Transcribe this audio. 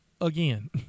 again